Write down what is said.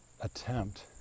attempt